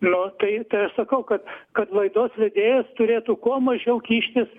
nu tai tai aš sakau kad kad laidos vedėjas turėtų kuo mažiau kištis